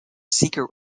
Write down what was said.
secret